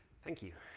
thank you.